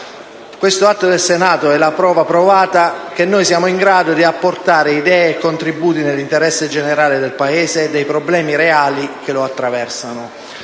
Questo atto del Senato è la prova provata che noi siamo in grado di apportare idee e contributi nell'interesse generale del Paese e rispetto ai problemi reali che lo attraversano.